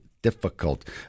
Difficult